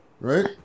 Right